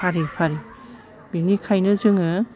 फारि फारि बेनिखायनो जोङो